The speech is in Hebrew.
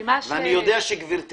ואני יודע שגברתי